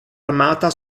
armata